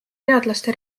teadlaste